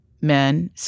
men